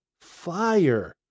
fire